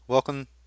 Welcome